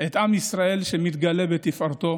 את עם ישראל, שמתגלה בתפארתו,